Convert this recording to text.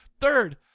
Third